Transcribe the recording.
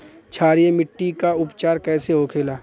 क्षारीय मिट्टी का उपचार कैसे होखे ला?